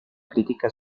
crítica